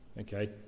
Okay